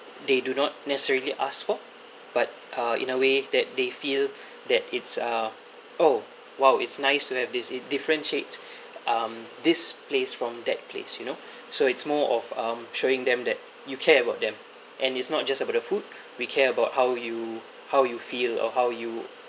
they do not necessarily ask for but uh in a way that they feel that it's uh oh !wow! it's nice to have this it differentiates um this place from that place you know so it's more of um showing them that you care about them and it's not just about the food we care about how you how you feel or how you